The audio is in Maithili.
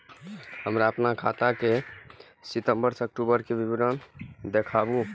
हमरा अपन खाता के सितम्बर से अक्टूबर के विवरण देखबु?